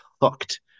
hooked